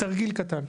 תרגיל קטן,